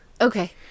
Okay